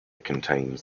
contains